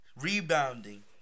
rebounding